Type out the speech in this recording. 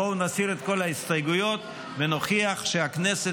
בואו נסיר את כל ההסתייגויות ונוכיח שהכנסת